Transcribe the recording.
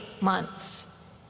months